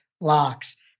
locks